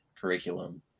curriculum